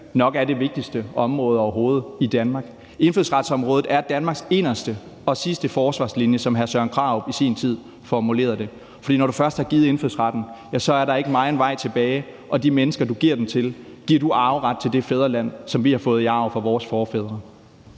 nok er det vigtigste område overhovedet i Danmark. Indfødsretsområdet er Danmarks inderste og sidste forsvarslinje, som hr. Søren Krarup i sin tid formulerede det. For når du først har givet indfødsretten, er der ikke meget vej tilbage, og de mennesker, du giver den til, giver du arveret til det fædreland, som vi har fået i arv fra vores forfædre.